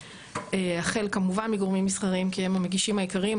החל כמובן מגורמים מסחריים כי הם המגישים העיקריים,